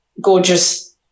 gorgeous